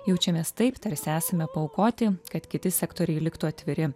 jaučiamės taip tarsi esame paaukoti kad kiti sektoriai liktų atviri